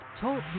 Talk